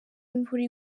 imvura